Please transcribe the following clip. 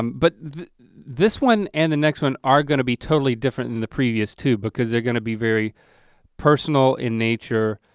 but this one and the next one are gonna be totally different than the previous two because they're going to be very personal in nature,